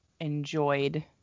enjoyed